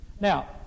Now